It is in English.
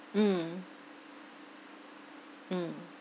mm mm